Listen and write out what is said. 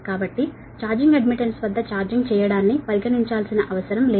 కాబట్టి charging admittance వద్ద charging చేయడాన్ని పరిగణించాల్సిన అవసరం లేదు